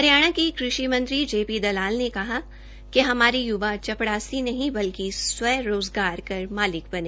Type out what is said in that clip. हरियाणा के कृषि मंत्री जेपी दलाल ने कहा कि हमारे युवा चपड़ासी नहीं स्वयं का रोजगार कर मालिक बने